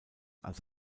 als